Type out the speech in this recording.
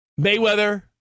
Mayweather